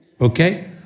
Okay